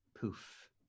Poof